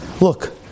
Look